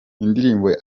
indirimbo